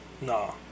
No